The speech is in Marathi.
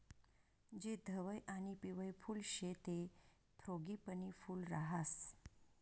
जे धवयं आणि पिवयं फुल शे ते फ्रॉगीपनी फूल राहास